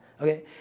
okay